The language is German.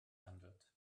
handelt